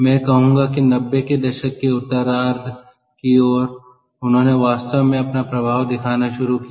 मैं कहूंगा कि 90 के दशक के उत्तरार्ध की ओरउन्होंने वास्तव में अपना प्रभाव दिखाना शुरू किया